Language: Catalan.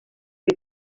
que